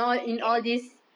ah